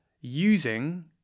using